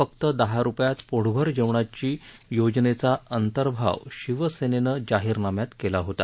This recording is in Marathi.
फक्त दहा रुपयात पोटभर जेवणाची थाळी योजनेचा अंतर्भाव शिवसेनेनं जाहीरनाम्यात केला होता